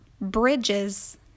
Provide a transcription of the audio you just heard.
bridges